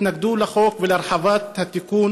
התנגדנו לחוק ולהרחבת התיקון